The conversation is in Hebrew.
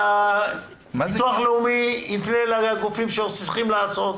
ביטוח לאומי יפנה לגופים שצריכים לעשות,